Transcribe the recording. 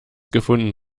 gefunden